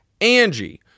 Angie